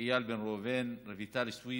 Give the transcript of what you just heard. איל בן ראובן, רויטל סויד,